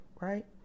right